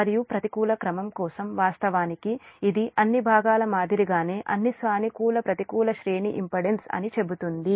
మరియు ప్రతికూల క్రమం కోసం వాస్తవానికి ఇది అన్ని భాగాల మాదిరిగానే అన్ని సానుకూల ప్రతికూల శ్రేణి ఇంపెడెన్స్ అని చెబుతుంది